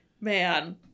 Man